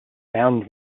found